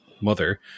Mother